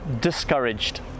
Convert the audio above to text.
discouraged